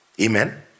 Amen